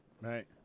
right